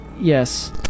Yes